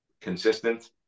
consistent